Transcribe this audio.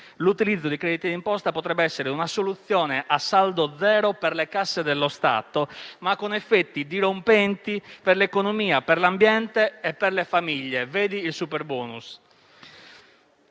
L'utilizzo dei criteri d'imposta potrebbe essere una soluzione a saldo zero per le casse dello Stato, ma con effetti dirompenti per l'economia, per l'ambiente e per le famiglie (vedi il superbonus).